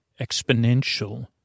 exponential